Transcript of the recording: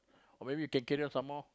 or maybe you can carry on some more